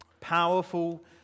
powerful